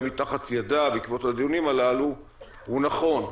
מתחת ידה בעקבות הדיונים הללו הוא נכון,